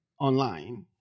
online